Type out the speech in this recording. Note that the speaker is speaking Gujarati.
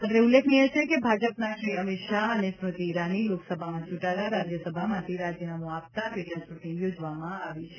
અત્રે ઉલ્લેખનીય છે કે ભાજપના શ્રી અમિત શાહ અને સ્મૂતિ ઇરાની લોકસભામાં ચૂંટાતા રાજ્યસભામાંથી રાજીનામુ આપતા પેટાચૂંટણી યોજવામાં આવી છે